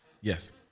Yes